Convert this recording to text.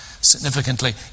significantly